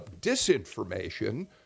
disinformation